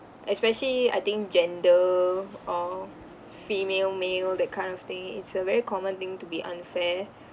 especially I think gender or female male that kind of thing it's a very common thing to be unfair